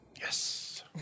Yes